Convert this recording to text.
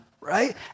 right